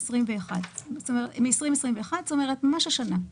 זה מ-2021, כלומר ממש השנה.